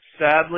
sadly